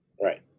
Right